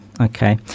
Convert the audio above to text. Okay